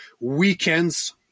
Weekends